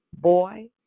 Boy